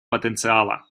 потенциала